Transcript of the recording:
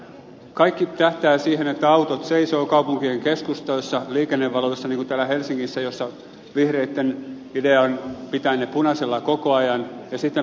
kaikki tähtää siihen että autot seisovat kaupunkien keskustoissa liikennevaloissa niin kuin täällä helsingissä jossa vihreitten idea on pitää ne punaisella koko ajan ja sitten promillerajat on nolla